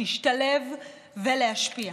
להשתלב ולהשפיע.